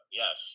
yes